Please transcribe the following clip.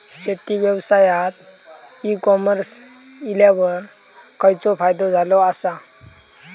शेती व्यवसायात e commerce इल्यावर खयचो फायदो झालो आसा?